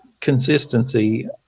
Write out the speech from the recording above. consistency